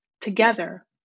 Together